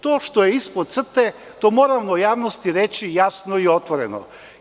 To što je ispod crte, to moramo javnosti reći jasno i otvoreno.